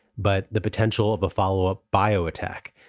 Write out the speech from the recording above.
but the potential of a follow up bio attack.